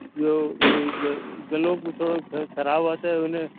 इहो गलो बि थोरो ख़राबु आहे त हुन